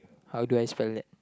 how do I spell that